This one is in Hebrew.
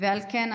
על כן,